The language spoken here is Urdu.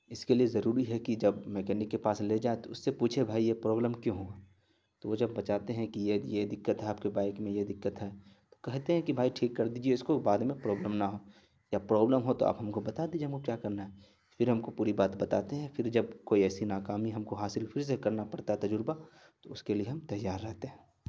اس کے لیے ضروری ہے کہ جب میکینک کے پاس لے جائیں تو اس سے پوچھیں بھائی یہ پرابلم کیوں ہوا تو وہ جب بتاتے ہیں کہ یہ یہ دقت ہے آپ کی بائک میں یہ دقت ہے تو کہتے ہیں کہ بھائی ٹھیک کر دیجیے اس کو بعد میں پرابلم نہ ہو یا پرابلم ہو تو آپ ہم کو بتا دیجیے ہم کو کیا کرنا ہے پھر ہم کو پوری باتیں بتاتے ہیں پھر جب کوئی ایسی ناکامی ہم کو حاصل پھر سے کرنا پڑتا تجربہ تو اس کے لیے ہم تیار رہتے ہیں